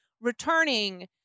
returning